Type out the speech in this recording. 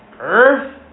Earth